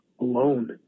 alone